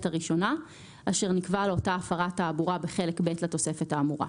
הראשונה אשר נקבע לאותה הפרת תעבורה בחלק ב' לתוספת האמורה.